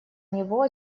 него